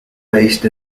based